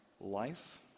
life